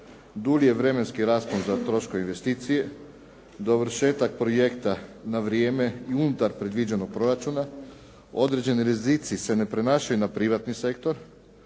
dulji je vremenski raspon za troškove investicije, dovršetak projekta na vrijeme i unutar predviđenog proračuna, određeni rizici se ne prenašaju na privatni sektor,